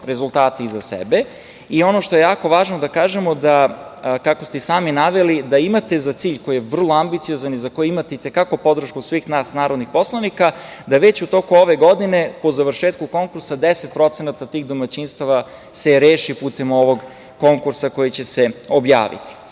rezultate iza sebe.I ono što je jako važno da kažemo, kao ste i sami naveli, da imate za cilj koji je vrlo ambiciozan i za koji imate i te kako podršku svih nas narodnih poslanika, da već u toku ove godine po završetku konkursa 10% tih domaćinstava se reši putem ovog konkursa koji će se objaviti. Ono